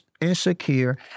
insecure